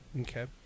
Okay